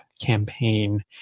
campaign